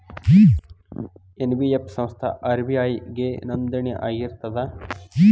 NBF ಸಂಸ್ಥಾ RBI ಗೆ ನೋಂದಣಿ ಆಗಿರ್ತದಾ?